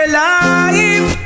life